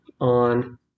on